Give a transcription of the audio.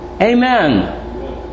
Amen